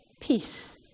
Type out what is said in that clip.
peace